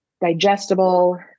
digestible